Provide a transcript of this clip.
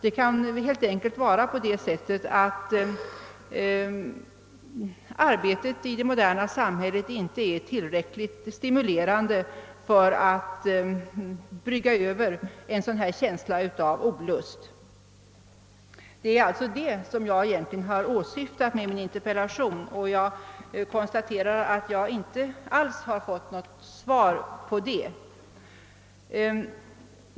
Det kan helt enkelt vara så att arbetet i det moderna samhället inte är tillräckligt stimulerande för att undertrycka en sådan här känsla av olust. Det är det som jag egentligen har åsyftat med min interpellation, och jag konstaterar att statsrådet inte alls har givit något svar på det.